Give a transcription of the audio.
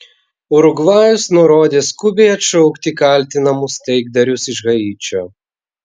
urugvajus nurodė skubiai atšaukti kaltinamus taikdarius iš haičio